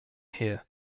here